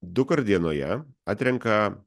dukart dienoje atrenka